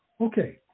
Okay